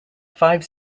five